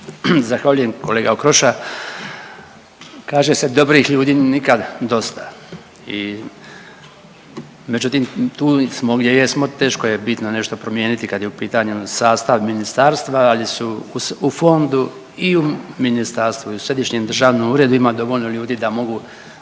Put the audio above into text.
Zahvaljujem, kolega Okroša. Kaže se, dobrih ljudi nikad dosta i međutim, tu smo gdje jesmo, teško je bitno nešto promijeniti kad je u pitanju sastav Ministarstva, ali su u fondu i u Ministarstvu i u Središnjem državnom uredu ima dovoljno ljudi da mogu,